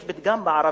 יש פתגם בערבית,